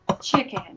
chicken